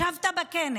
ישבת בכנס,